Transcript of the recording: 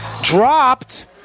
dropped